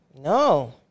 No